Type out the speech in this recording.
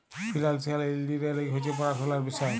financial engineering হছে পড়াশুলার বিষয়